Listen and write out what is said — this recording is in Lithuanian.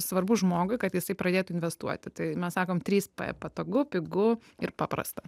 svarbu žmogui kad jisai pradėtų investuoti tai mes sakom trys p patogu pigu ir paprasta